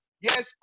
Yes